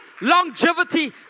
longevity